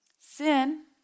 sin